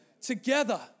together